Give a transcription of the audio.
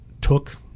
took